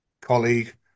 colleague